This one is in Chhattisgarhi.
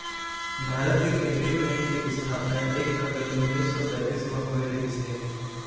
भारत के केंद्रीय बेंक के इस्थापना एक अपरेल उन्नीस सौ पैतीस म होए रहिस हे